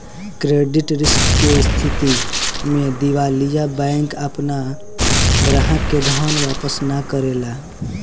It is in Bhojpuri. क्रेडिट रिस्क के स्थिति में दिवालिया बैंक आपना ग्राहक के धन वापस ना करेला